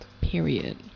Period